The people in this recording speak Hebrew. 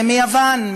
זה מיוון,